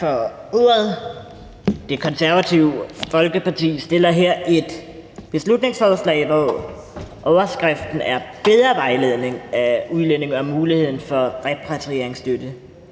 Det Konservative Folkeparti fremsætter her et beslutningsforslag, hvor overskriften er bedre vejledning af udlændinge om muligheden for repatrieringsstøtte.